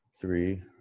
Three